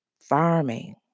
farming